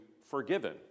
forgiven